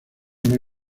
una